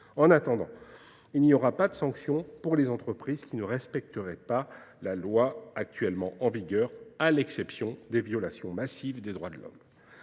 En attendant, il n'y aura pas de sanction pour les entreprises qui ne respecteraient pas la loi actuellement en vigueur à l'exception des violations massives des droits de l'homme.